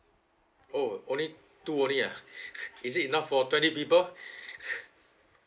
oh only two only ah is it enough for twenty people